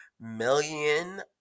million